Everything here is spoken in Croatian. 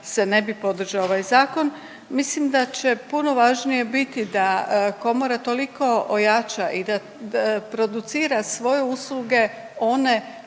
se ne bi podržao ovaj zakon. Mislim da će puno važnije biti da komora toliko ojača i da producira svoje usluge one